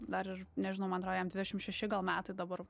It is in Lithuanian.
dar ir nežinau man atrodo jam dvidešim šeši gal metai dabar